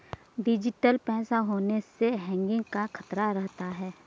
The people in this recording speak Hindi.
डिजिटल पैसा होने पर हैकिंग का खतरा रहता है